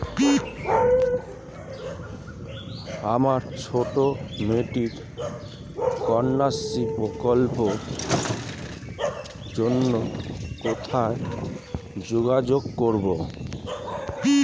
আমার ছোট্ট মেয়েটির কন্যাশ্রী প্রকল্পের জন্য কোথায় যোগাযোগ করব?